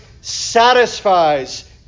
satisfies